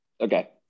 Okay